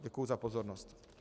Děkuji za pozornost.